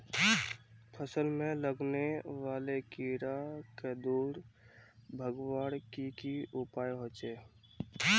फसल में लगने वाले कीड़ा क दूर भगवार की की उपाय होचे?